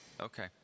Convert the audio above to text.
okay